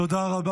תודה רבה.